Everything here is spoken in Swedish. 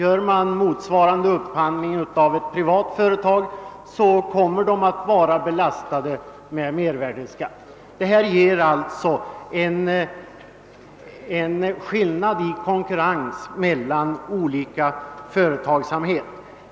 Om motsvarande upphandling görs i ett privat företag, kommer varorna att belastas med mervärdeskatt. Detta innebär en skillnad i konkurrensavseende mellan olika former av företagsamhet.